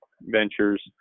ventures